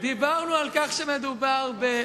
דיברנו על כך שמדובר,